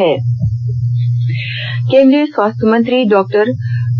mission Indradhanush केन्द्रीय स्वास्थ्य मंत्री डॉक्टर